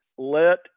let